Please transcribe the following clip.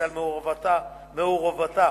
על מעורבותה